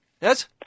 Yes